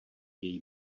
její